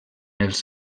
els